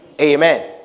Amen